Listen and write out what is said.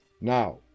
Now